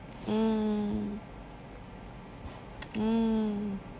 mm mm